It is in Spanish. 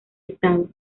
estado